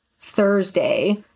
Thursday